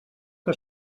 que